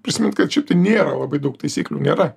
prisimint kad šiaip tai nėra labai daug taisyklių nėra